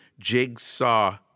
jigsaw